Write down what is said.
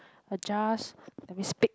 adjust let me speak